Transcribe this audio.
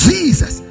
Jesus